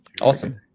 Awesome